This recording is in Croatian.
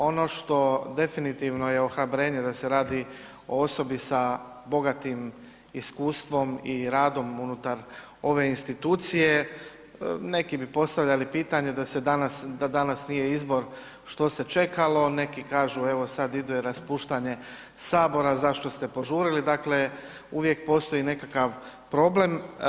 Ono što definitivno je ohrabrenje da se radi o osobi sa bogatim iskustvom i radom unutar ove institucije, neki bi postavljali pitanje da se danas, da danas nije izbor, što se čekalo, neki kažu evo, sad ide raspuštanje Sabora, zašto ste požurili, dakle uvijek postoji nekakav problem.